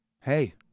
hey